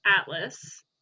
Atlas